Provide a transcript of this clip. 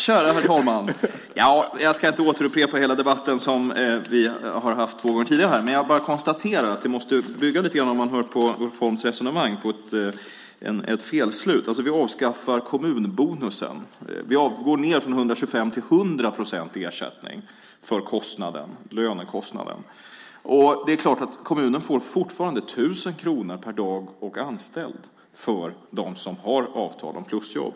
Herr talman! Jag ska inte återupprepa hela den debatt som vi har haft två gånger tidigare här. Jag konstaterar bara att det man hör i Ulf Holms resonemang i någon mån måste bygga på ett felslut. Vi avskaffar kommunbonusen. Vi går ned från 125 till 100 procent i ersättning för lönekostnaden. Kommunen får fortfarande 1 000 kronor per dag och anställd för dem som har avtal om plusjobb.